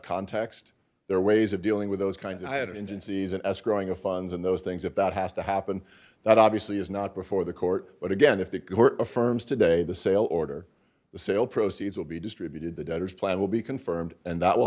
context there are ways of dealing with those kinds i had an engine season as growing of funds in those things if that has to happen that obviously is not before the court but again if the court affirms today the sale order the sale proceeds will be distributed the debtors plan will be confirmed and that will